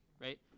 right